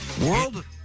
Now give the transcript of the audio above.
World